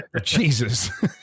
Jesus